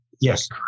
Yes